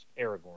Aragorn